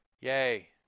Yay